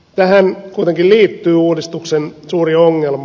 tähän kuitenkin liittyy uudistuksen suuri ongelma